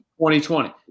2020